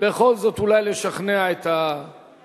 בכל זאת, אולי, לשכנע את הממשלה.